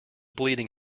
bleeding